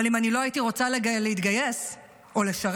אבל אם אני לא הייתי רוצה להתגייס או לשרת,